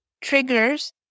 triggers